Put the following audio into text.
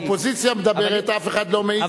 כשהאופוזיציה מדברת אף אחד לא מעז לומר,